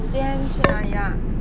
你今天去哪里 lah